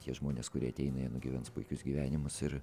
tie žmonės kurie ateina jie nugyvens puikius gyvenimus ir